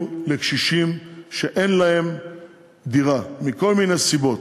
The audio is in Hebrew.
לקשישים שאין להם דירה מכל מיני סיבות.